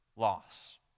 Loss